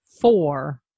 four